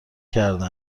کرده